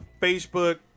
Facebook